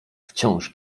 wciąż